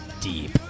deep